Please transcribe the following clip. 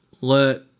let